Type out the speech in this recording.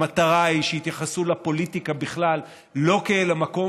המטרה היא שיתייחסו לפוליטיקה בכלל לא כאל מקום